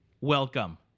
Welcome